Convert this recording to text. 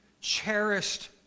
cherished